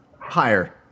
Higher